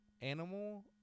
Animal